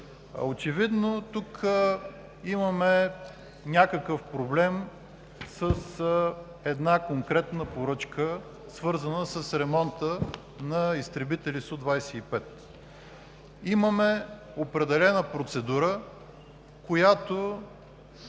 Очевидно тук имаме някакъв проблем с една конкретна поръчка, свързана с ремонта на изтребители Су-25. Имаме определена процедура, която